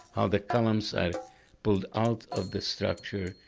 how the columns are pulled out of the structure,